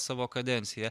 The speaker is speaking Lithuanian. savo kadenciją